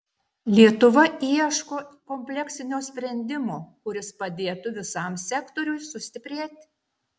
lietuva ieško kompleksinio sprendimo kuris padėtų visam sektoriui sustiprėti